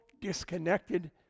disconnected